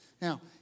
Now